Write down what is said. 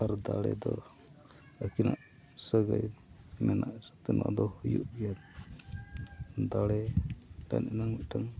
ᱟᱨ ᱫᱟᱲᱮ ᱫᱚ ᱟᱹᱠᱤᱱᱟᱜ ᱥᱟᱹᱜᱟᱹᱭ ᱢᱮᱱᱟᱜ ᱦᱤᱥᱟᱹᱵᱛᱮ ᱱᱚᱣᱟ ᱫᱚ ᱦᱩᱭᱩᱜ ᱜᱮᱭᱟ ᱫᱟᱲᱮ ᱨᱮᱱᱟᱜ ᱢᱤᱫᱴᱟᱝ